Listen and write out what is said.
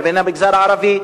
לבין המגזר הערבי,